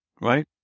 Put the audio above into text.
Right